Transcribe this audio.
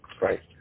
right